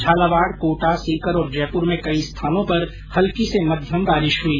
झालावाड कोटा सीकर और जयपुर में कई स्थानों पर हल्की से मध्यम बारिश हुई